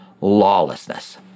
lawlessness